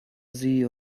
sie